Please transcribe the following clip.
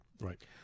Right